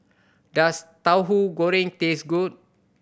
does Tahu Goreng taste good